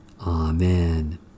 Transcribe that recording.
Amen